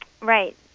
Right